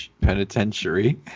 penitentiary